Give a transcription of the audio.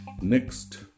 next